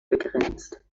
begrenzt